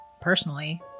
personally